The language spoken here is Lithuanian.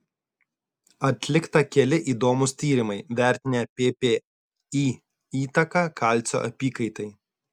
atlikta keli įdomūs tyrimai vertinę ppi įtaką kalcio apykaitai